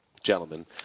Gentlemen